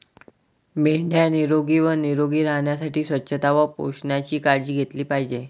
मेंढ्या निरोगी व निरोगी राहण्यासाठी स्वच्छता व पोषणाची काळजी घेतली पाहिजे